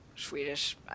Swedish